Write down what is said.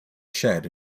shed